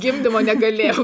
gimdymo negalėjau